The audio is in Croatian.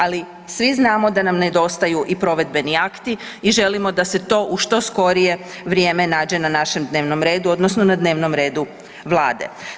Ali svi znamo da nam nedostaju i provedbeni akti i želimo da se to u što skorije vrijeme nađe na našem dnevnom redu odnosno na dnevnom redu vlade.